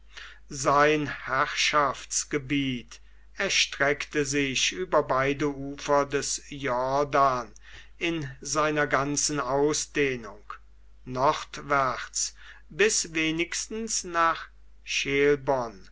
sein herrschaftsgebiet erstreckte sich über beide ufer des jordan in seiner ganzen ausdehnung nordwärts bis wenigstens nach